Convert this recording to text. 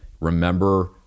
Remember